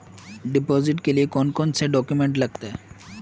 Deposit के लिए कौन कौन से डॉक्यूमेंट लगते?